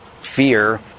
fear